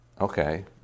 Okay